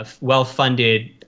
well-funded